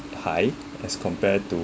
high as compare to